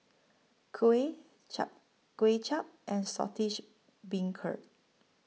Kuih Chap Kway Chap and Saltish Beancurd